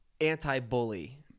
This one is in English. anti-bully